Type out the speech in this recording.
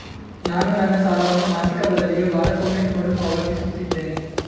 ನಾನು ನನ್ನ ಸಾಲವನ್ನು ಮಾಸಿಕ ಬದಲಿಗೆ ವಾರಕ್ಕೊಮ್ಮೆ ಮರುಪಾವತಿಸುತ್ತಿದ್ದೇನೆ